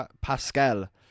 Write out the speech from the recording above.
pascal